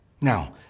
Now